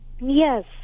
Yes